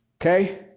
Okay